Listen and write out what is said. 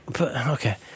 okay